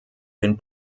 den